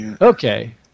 Okay